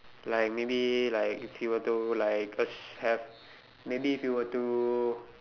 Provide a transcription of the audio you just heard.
like maybe like if you were to like as~ have maybe if you were to